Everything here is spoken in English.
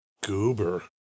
Goober